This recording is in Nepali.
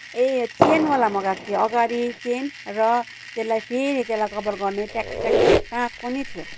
ए चेनवाला मगाएको थिएँ अगाडि चेन र त्यसलाई फेरि त्यसलाई कभर गर्ने ट्याक ट्याकखाले टाँक पनि थियो